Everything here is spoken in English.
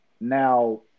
now